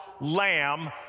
lamb